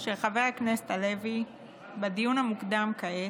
של חבר הכנסת הלוי בדיון המוקדם כעת,